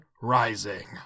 rising